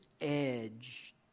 edge